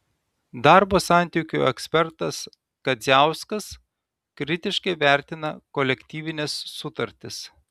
darbo santykių ekspertas kadziauskas kritiškai vertina kolektyvines sutartis